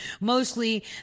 mostly